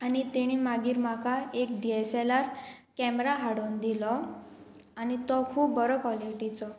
आनी तेणी मागीर म्हाका एक D S L R camera हाडून दिलो आनी तो खूब बरो क्वॉलिटीचो